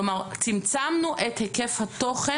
כלומר, צמצמנו את היקף התוכן.